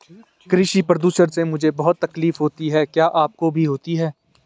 कृषि प्रदूषण से मुझे बहुत तकलीफ होती है क्या आपको भी होती है